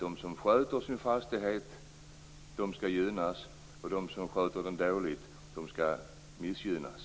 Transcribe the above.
De som sköter sin fastighet borde gynnas medan de som sköter den dåligt skall missgynnas.